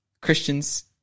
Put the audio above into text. Christians